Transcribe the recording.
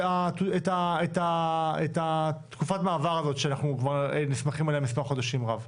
את תקופת המעבר הזאת שאנחנו כבר נסמכים עליה מספר חודשים רב?